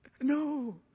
No